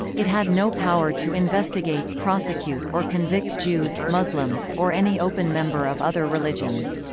it had no power to investigate, prosecute, or convict jews, muslims, or any open member of other religions.